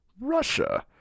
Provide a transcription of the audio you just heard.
Russia